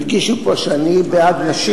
הדגישו פה שאני בעד נשים.